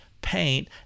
paint